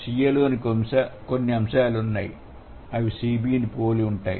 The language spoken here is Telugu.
Ca లో కొన్ని అంశాలు ఉన్నాయి అవి Cb పోలి ఉంటాయి